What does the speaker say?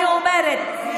אני אומרת,